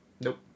Nope